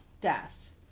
death